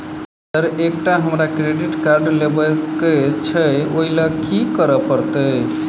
Sir एकटा हमरा credit card लेबकै छैय ओई लैल की करऽ परतै?